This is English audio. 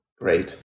Great